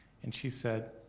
and she said,